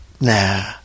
nah